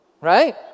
right